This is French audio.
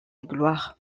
gloire